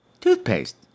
Toothpaste